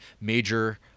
major